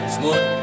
Smooth